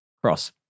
cross